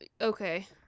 Okay